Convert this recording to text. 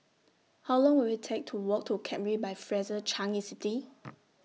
How Long Will IT Take to Walk to Capri By Fraser Changi City